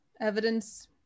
evidence